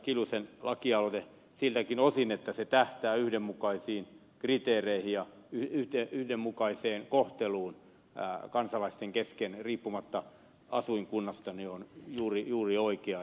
kiljusen lakialoite siltäkin osin että se tähtää yhdenmukaisiin kriteereihin ja yhdenmukaiseen kohteluun kansalaisten kesken riippumatta asuinkunnasta on juuri oikea